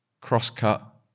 cross-cut